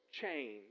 change